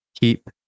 keep